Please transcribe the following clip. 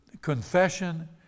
confession